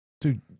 Dude